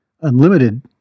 unlimited